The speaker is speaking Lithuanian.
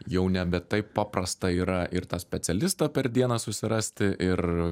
jau nebe taip paprasta yra ir tą specialistą per dieną susirasti ir